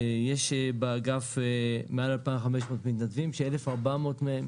יש באגף מעל 2,500 מתנדבים כש-1,400 מהם